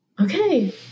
Okay